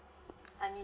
I mean